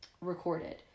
recorded